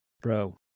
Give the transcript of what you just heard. bro